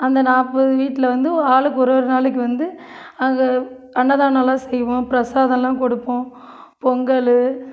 அந்த நாற்பது வீட்டில வந்து ஆளுக்கு ஒரு ஒரு நாளைக்கு வந்து அங்கே அன்னதானம்லாம் செய்வோம் பிரசாதம்லாம் கொடுப்போம் பொங்கல்